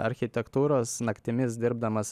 architektūros naktimis dirbdamas